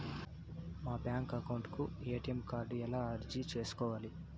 మా bank account కు ATM card ఎలా అర్జీ సేసుకోవాలి?